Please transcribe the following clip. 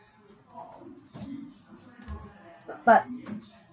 but